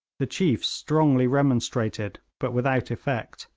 the chiefs strongly remonstrated, but without effect,